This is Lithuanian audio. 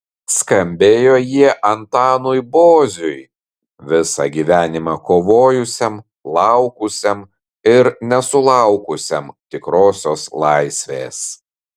skambėjo jie antanui boziui visą gyvenimą kovojusiam laukusiam ir nesulaukusiam tikrosios laisvės